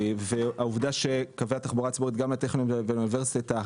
העובדה שקווי התחבורה הציבורית גם לטכניון וגם לאוניברסיטה,